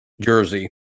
jersey